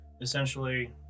essentially